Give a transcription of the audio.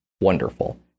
wonderful